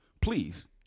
please